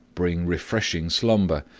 bring refreshing slumber,